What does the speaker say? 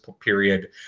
period